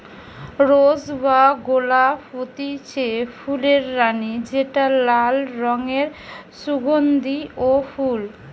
rose বা গোলাপ হতিছে ফুলের রানী যেটা লাল রঙের সুগন্ধিও ফুল